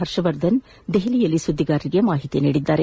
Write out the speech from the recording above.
ಹರ್ಷವರ್ಧನ್ ದೆಹಲಿಯಲ್ಲಿ ಸುದ್ದಿಗಾರರಿಗೆ ಮಾಹಿತಿ ನೀಡಿದರು